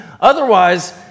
Otherwise